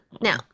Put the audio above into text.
Now